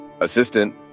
Assistant